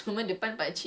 check check